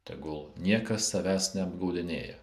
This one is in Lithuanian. tegul niekas savęs neapgaudinėja